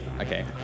Okay